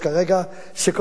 שבכל פעם שיש בעיה במגזר,